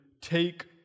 take